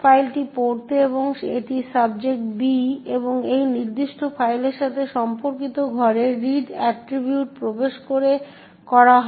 ফাইলটি পড়তে এবং এটি সাবজেক্ট B এবং এই নির্দিষ্ট ফাইলের সাথে সম্পর্কিত ঘরে রিড অ্যাট্রিবিউট প্রবেশ করে করা হয়